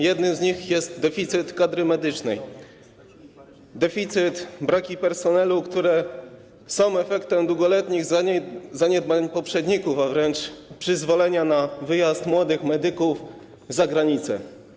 Jednym z nich jest deficyt kadry medycznej, deficyt, braki personelu, które są efektem długoletnich zaniedbań poprzedników, a wręcz przyzwolenia na wyjazd młodych medyków za granicę.